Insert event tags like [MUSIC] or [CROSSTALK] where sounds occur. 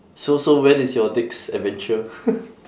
so so when is your next adventure [NOISE]